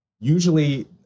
usually